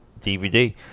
dvd